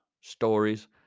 stories